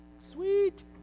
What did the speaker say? Sweet